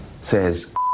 says